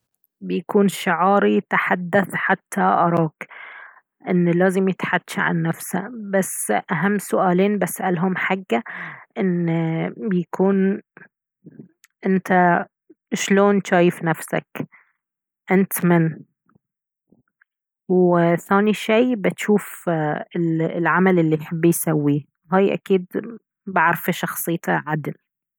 بيكون شعاري تحدث حتى آراك إن لازم يتحجى عن نفسه بس أهم سؤالين بسألهم حقه إن بيكون أنت شلون شايف نفسك؟ أنت من؟ وثاني شي بتشوف العمل اللي يحب يسويه هاي أكيد بعرف شخصيته عدل